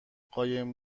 قایم